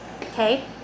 Okay